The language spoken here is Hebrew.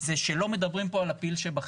זה שלא מדברים פה על הפיל שבחדר.